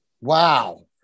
Wow